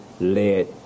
led